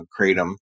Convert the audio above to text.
Kratom